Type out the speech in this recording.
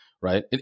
Right